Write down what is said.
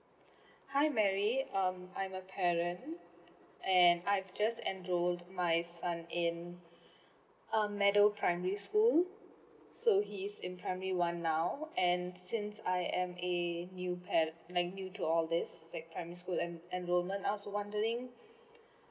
hi mary um I'm a parent and I've just enrolled my son in um meadow primary school so he is in primary one now and since I am a new par~ like new to you to all this that primary school and and enrolment I'm also wondering